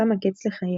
שמה קץ לחייה.